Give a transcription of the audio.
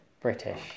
British